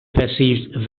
perceived